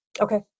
Okay